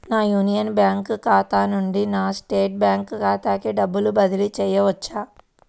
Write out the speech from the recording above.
నా Union Bank ఖాతా నుండి నా స్టేట్ బ్యాంకు ఖాతాకి డబ్బు బదిలి చేయవచ్చా?